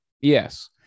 Yes